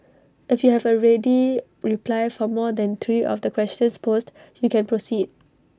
if you have A ready reply for more than three of the questions posed you can proceed